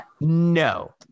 No